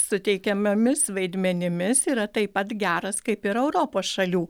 suteikiamomis vaidmenimis yra taip pat geras kaip ir europos šalių